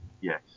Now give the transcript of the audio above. Yes